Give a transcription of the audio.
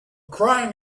crying